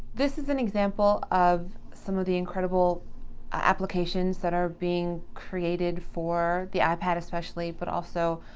this is an example of some of the incredible applications that are being created for the ipad especially but also,